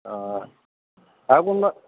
অঁ আৰু কোনোবা